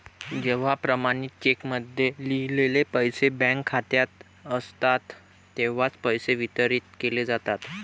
जेव्हा प्रमाणित चेकमध्ये लिहिलेले पैसे बँक खात्यात असतात तेव्हाच पैसे वितरित केले जातात